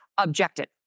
Objected